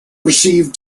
received